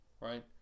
right